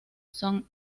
son